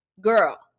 girl